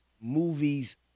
movies